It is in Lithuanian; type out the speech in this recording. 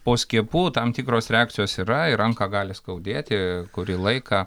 po skiepų tam tikros reakcijos yra ir ranką gali skaudėti kurį laiką